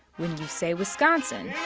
when you say wisconsin,